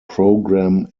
programme